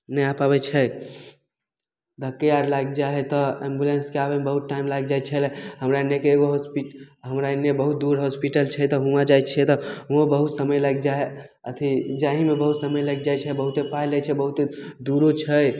नहि आ पाबै छै धक्के आर लागि जाइ हइ तऽ एम्बुलेन्सके आबैमे बहुत टाइम लागि जाइ छै हमरा एन्नेके एगो हॉस्पिटल हमरा एन्ने बहुत दूर होस्पिटल छै तऽ हुआँ जाइ छिए तऽ हुओँ बहुत समय लागि जाइ हइ अथी जा ही मे बहुत समय लागि जाइ छै बहुते पाइ लै छै बहुते दूरो छै